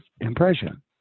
impression